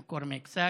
במקור מאכסאל,